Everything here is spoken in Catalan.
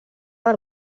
del